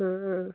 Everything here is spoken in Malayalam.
അ ആ